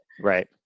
right